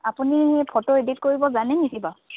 আপুনি photo edit কৰিব জানে নেকি বাৰু